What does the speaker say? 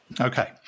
Okay